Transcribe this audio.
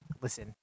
listen